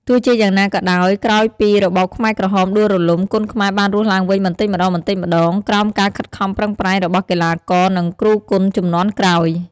ទោះជាយ៉ាងណាក៏ដោយ ក្រោយពីរបបខ្មែរក្រហមដួលរលំ គុនខ្មែរបានរស់ឡើងវិញបន្តិចម្ដងៗ ក្រោមការខិតខំប្រឹងប្រែងរបស់កីឡាករ និងគ្រូគុនជំនាន់ក្រោយ។